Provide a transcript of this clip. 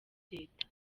leta